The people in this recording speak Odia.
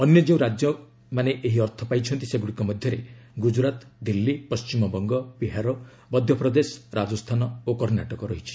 ଅନ୍ୟ ଯେଉଁ ରାଜ୍ୟମାନେ ଏହି ଅର୍ଥ ପାଇଛନ୍ତି ସେଗୁଡ଼ିକ ମଧ୍ୟରେ ଗୁକ୍କୁରାଟ ଦିଲ୍ଲୀ ପଣ୍ଟିମବଙ୍ଗ ବିହାର ମଧ୍ୟପ୍ରଦେଶ ରାଜସ୍ଥାନ ଓ କର୍ଣ୍ଣାଟକ ରହିଛି